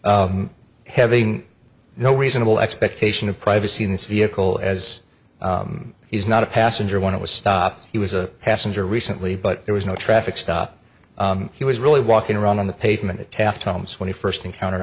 briefly having no reasonable expectation of privacy in this vehicle as he is not a passenger when it was stopped he was a passenger recently but there was no traffic stop he was really walking around on the pavement at taft holmes when he first encountered